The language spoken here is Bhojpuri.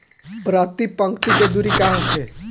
प्रति पंक्ति के दूरी का होखे?